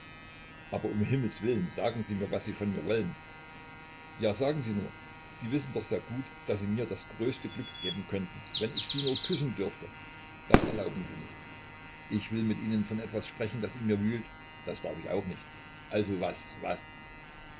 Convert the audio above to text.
aber um himmelswillen sagen sie mir was sie von mir wollen ja sagen sie nur sie wissen doch sehr gut daß sie mir das größte glück geben könnten wenn ich sie nur küssen dürfte das erlauben sie nicht ich will mit ihnen von etwas sprechen das in mir wühlt das darf ich auch nicht also was was